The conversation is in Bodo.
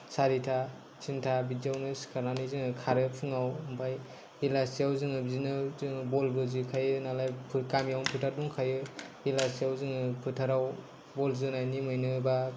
सारिता तिनता बिदियावनो सिखारनानै जोङो खारो फुङाव ओमफ्राय बेलासियाव जोङो बिदिनो जोङो बल बो जोखायो नालाय गामियावनो फोथार दंखायो बेलासियाव जोङो फोथाराव बल जोनायनि मुङैनो बा